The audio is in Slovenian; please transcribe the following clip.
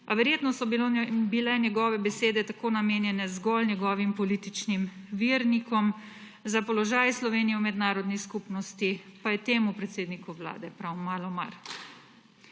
A verjetno so bile njegove besede tako namenjene zgolj njegovim političnim vernikom, za položaj Slovenije v mednarodni skupnosti pa je temu predsedniku vlade prav malo mar.